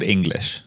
English